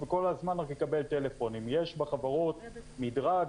וממתקנה של חברה בי"ת,